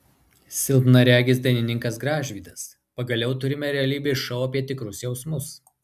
silpnaregis dainininkas gražvydas pagaliau turime realybės šou apie tikrus jausmus